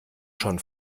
schon